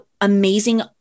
amazing